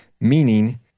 meaning